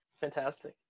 Fantastic